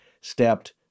stepped